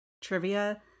trivia